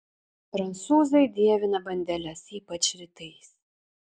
prancūzai dievina bandeles ypač rytais